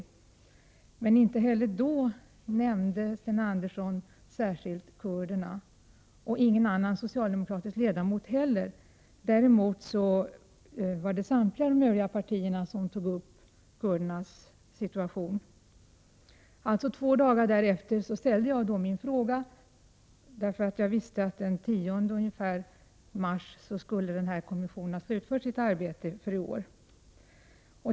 Sten Andersson nämnde inte särskilt kurderna, ingen annan socialdemokrat heller. Däremot tog representanter för de samtliga övriga partierna i riksdagen upp kurdernas situation. Två dagar därefter ställde jag min fråga, för jag visste att kommissionen ungefär den 10 mars skulle avsluta sitt arbete för i år.